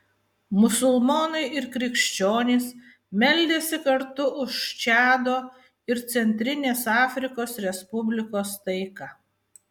musulmonai ir krikščionys meldėsi kartu už čado ir centrinės afrikos respublikos taiką